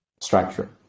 structure